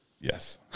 Yes